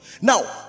Now